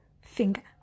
finger